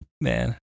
Man